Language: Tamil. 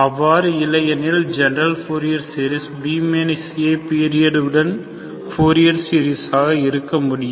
அவ்வாறு இல்லையெனில் general Fourier series b a period உடன் பூரியர் சீரியஸாக இருக்க முடியும்